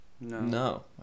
No